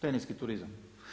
Teniski turizam.